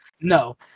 No